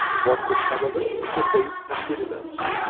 what could come of it but defeat and bitterness?